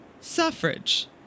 Suffrage